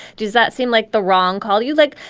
does that seem like the wrong call you like.